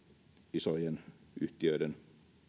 isojen yhtiöiden